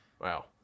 Wow